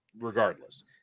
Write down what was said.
Regardless